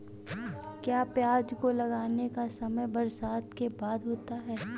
क्या प्याज को लगाने का समय बरसात के बाद होता है?